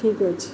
ଠିକ୍ ଅଛି